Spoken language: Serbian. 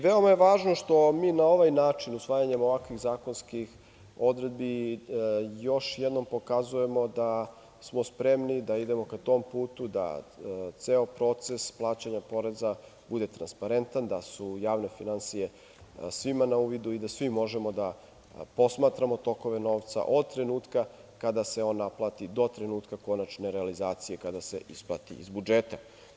Veoma je važno što mi na ovaj način usvajanjem ovakvih zakonskih odredbi još jednom pokazujemo da smo spremni da idemo ka tom putu da ceo proces plaćanja poreza bude transparentan, da su javne finansije svima na uvidu i da svi možemo da posmatramo tokove novca od trenutka kada se on naplati, do trenutka konače realizacije, kada se konačno isplati iz budžeta.